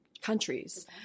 countries